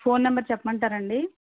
phone number చెప్పమంటారా అండి